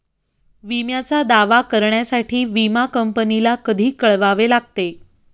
विम्याचा दावा करण्यासाठी विमा कंपनीला कधी कळवावे लागते?